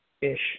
ish